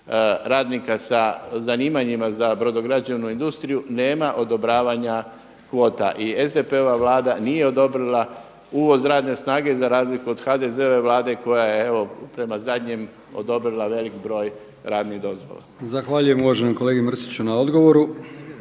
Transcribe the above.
radnika sa zanimanjima za brodograđevnu industriju nema odobravanja kvota. I SDP-ova vlada nije odobrila uvoz radne snage za razliku od HDZ-ove vlade koja evo prema zadnjem odobrila velik broj radnih dozvola. **Brkić, Milijan (HDZ)** Zahvaljujem uvaženom kolegi Mrsiću na odgovoru.